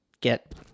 get